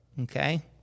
Okay